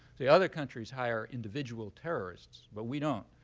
see, other countries hire individual terrorists. but we don't.